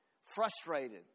frustrated